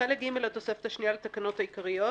בחלק ג' לתוספת השנייה לתקנות העיקריות